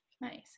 Nice